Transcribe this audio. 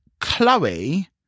chloe